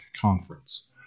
conference